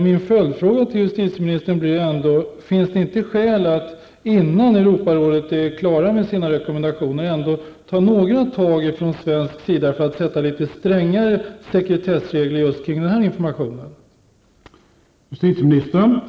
Min följdfråga till justitieministern blir: Finns det inte skäl att innan Europarådets rekommendationer blir klara ändå ta några initiativ från svensk sida för att få litet strängare sekretessregler när det gäller just denna information?